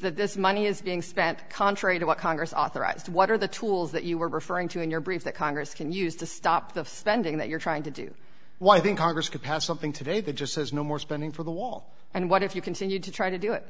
that this money is being spent contrary to what congress authorized what are the tools that you were referring to in your brief that congress can use to stop the spending that you're trying to do why i think congress could pass something today that just says no more spending for the wall and what if you continued to try to do it